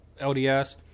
LDS